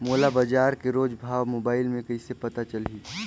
मोला बजार के रोज भाव मोबाइल मे कइसे पता चलही?